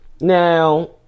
Now